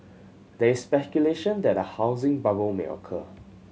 there is speculation that a housing bubble may occur